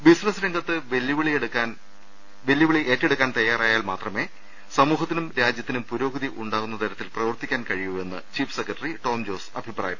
business രംഗത്ത് വെല്ലുവിളി എടുക്കാൻ തയാറായാൽ മാത്രമേ സമൂഹത്തിനും രാജ്യത്തിനും പുരോഗതി ഉണ്ടാകുന്ന തരത്തിൽ പ്രവർത്തിക്കാൻ കഴിയൂവെന്ന് ചീഫ് സെക്രട്ടറി ടോം ജോസ് അഭി പ്രായപ്പെട്ടു